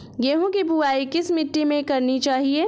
गेहूँ की बुवाई किस मिट्टी में करनी चाहिए?